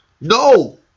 No